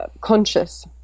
conscious